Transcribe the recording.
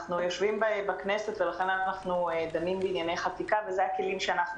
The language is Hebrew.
אנחנו יושבים בכנסת ולכן אנחנו דנים בענייני חקיקה ואלה הכלים שאנחנו